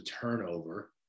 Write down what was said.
turnover